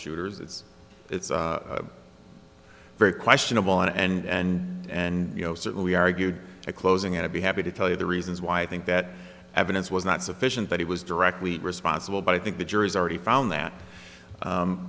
shooters it's it's very questionable and and you know certainly argued a closing i'd be happy to tell you the reasons why i think that evidence was not sufficient that he was directly responsible but i think the jury's already found that